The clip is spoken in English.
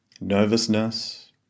nervousness